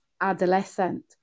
adolescent